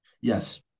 Yes